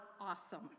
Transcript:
awesome